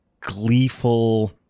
gleeful